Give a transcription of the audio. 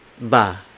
Ba